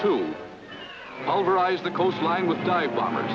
to override the coastline with time bombers